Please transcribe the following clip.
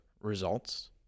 results